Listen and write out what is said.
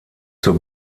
zur